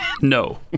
No